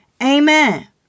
Amen